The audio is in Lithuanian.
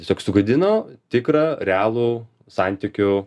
tiesiog sugadino tikrą realų santykių